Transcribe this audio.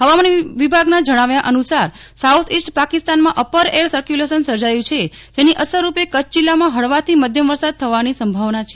હવામાન વિભાગના જણાવ્યા અનુસાર સાઉથ ઇસ્ટ પાકિસ્તાનમાં અપાર એર સકર્વુલેશન સર્જાયું છે જેની અસર રૂપે કચ્છ જીલ્લામાં હળવાથી માધ્યમ વરસાદ થવાની સંભાવના છે